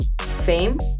Fame